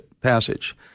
passage